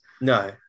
no